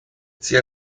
sia